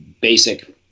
basic